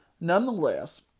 Nonetheless